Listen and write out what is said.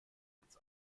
ins